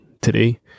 today